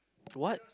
what